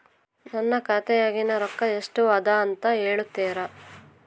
ನನ್ನ ಖಾತೆಯಾಗಿನ ರೊಕ್ಕ ಎಷ್ಟು ಅದಾ ಅಂತಾ ಹೇಳುತ್ತೇರಾ?